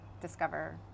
discover